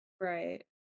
Right